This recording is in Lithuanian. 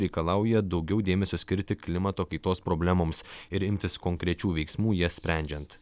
reikalauja daugiau dėmesio skirti klimato kaitos problemoms ir imtis konkrečių veiksmų jas sprendžiant